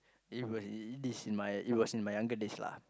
it was it's in my it was in my younger days lah